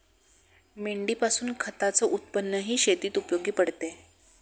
मेंढीपासून खताच उत्पन्नही शेतीत उपयोगी पडते